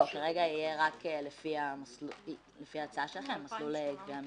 כרגע יהיה רק לפי ההצעה שלכם, מסלול גבייה מקוצר.